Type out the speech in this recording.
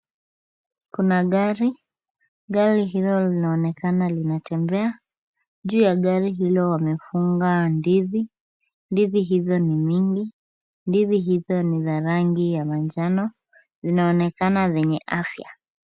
Kuna gari, gari hilo linaonekana linatembea, juu ya gari hilo wamefunga ndizi, ndizi hizo ni mingi, ndizi hizo ni za rangi ya manjano. Zinaonekana zenye afya.